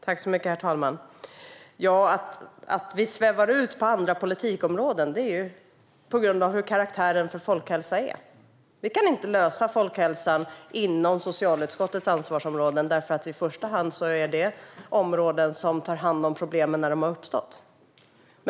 Herr talman! Att vi svävar ut på andra politikområden beror på folkhälsans karaktär. Vi kan inte lösa folkhälsan inom socialutskottets ansvarsområden, för i första hand är det områden som tar hand om problemen när de har uppstått.